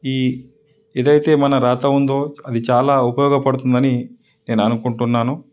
ఈ ఏదైతే మన రాత ఉందో అది చాలా ఉపయోగపడుతుందని నేను అనుకుంటున్నాను